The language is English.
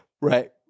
Right